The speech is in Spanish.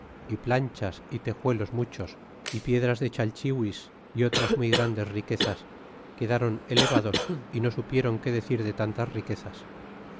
é planchas y texuelos muchos ypiedras de chalchihuis y otras muy grandes riquezas quedron elevados y no supiéron qué decir de tantas riquezas